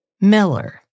Miller